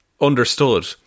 understood